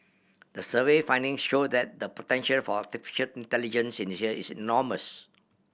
the survey findings show that the potential for intelligence in Asia is enormous